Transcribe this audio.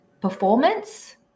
performance